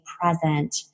present